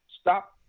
Stop